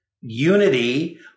unity